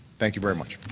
thank you very much.